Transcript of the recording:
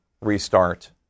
restart